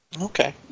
Okay